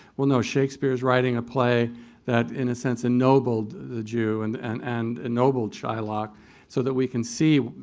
well, no. shakespeare's writing a play that in a sense ennobled the jew and and and ennobled shylock so that we can see,